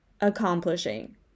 accomplishing